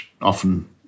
often